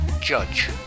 Judge